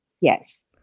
Yes